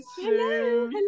Hello